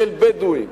של בדואים,